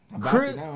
Chris